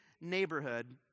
neighborhood